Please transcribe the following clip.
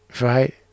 right